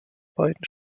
beiden